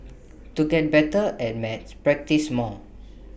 to get better at maths practise more